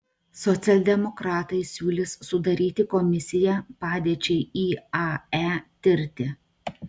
socialdemokratai siūlys sudaryti komisiją padėčiai iae tirti